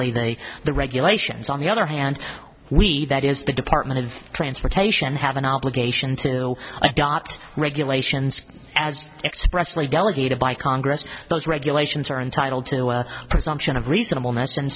way the regulations on the other hand we that is the department of transportation have an obligation to adopt regulations as expressly delegated by congress those regulations are entitled to a presumption of reasonableness and